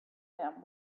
them